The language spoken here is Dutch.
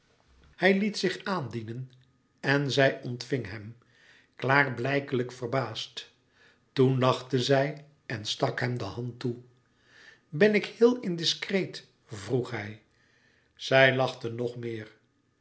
hij liet zich aandienen en zij ontving hem klaarblijkelijk verbaasd toen lachte zij en stak hem de hand toe ben ik heel indiscreet vroeg hij zij lachte nog meer